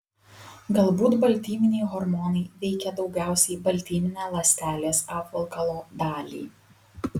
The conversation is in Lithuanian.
galbūt baltyminiai hormonai veikia daugiausiai baltyminę ląstelės apvalkalo dalį